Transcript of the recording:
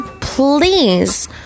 please